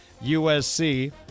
USC